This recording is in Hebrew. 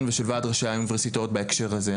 ושל ועד ראשי האוניברסיטאות בהקשר הזה,